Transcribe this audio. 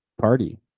party